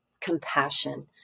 compassion